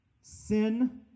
sin